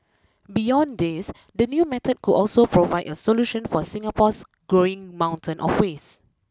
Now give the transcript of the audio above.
beyond this the new method could also provide a solution for Singapore's growing mountain of waste